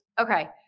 Okay